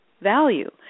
value